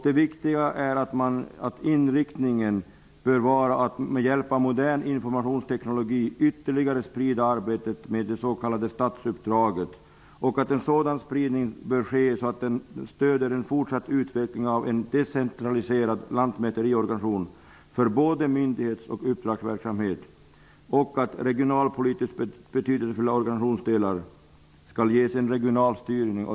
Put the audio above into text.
Det viktiga är att inriktningen bör vara att med hjälp av modern informationsteknologi ytterligare sprida arbetet med det s.k. statsuppdraget. En sådan spridning bör ske så att man därmed stöder en fortsatt utveckling av en decentraliserad lantmäteriorganisation för både myndighets och uppdragsverksamhet. Dessutom skall regionalpolitiskt betydelsefulla organisationsdelar ges en regional styrning.